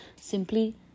simply